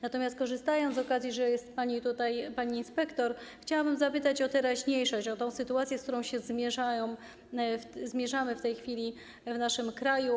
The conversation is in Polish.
Natomiast korzystając z okazji, że jest pani tutaj, pani inspektor, chciałabym zapytać o teraźniejszość, o sytuację, z którą zmierzamy się w tej chwili w naszym kraju.